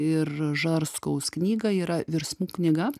ir žarskaus knygą yra virsmų knyga